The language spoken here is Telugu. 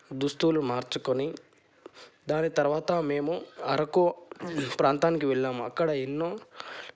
దుస్తులు మార్చుకొని దాని తర్వాత మేము అరకు ప్రాంతానికి వెళ్ళాం అక్కడ ఎన్నో